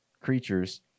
creatures